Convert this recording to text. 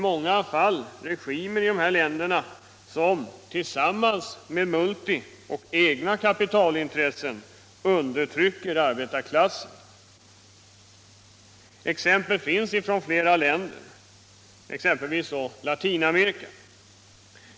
Många av de här länderna har regimer som på grund av multibolagens och egna kapitalintressen undertrycker arbetarklassen. Exempel finns från flera länder, bl.a. från Latinamerika.